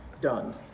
done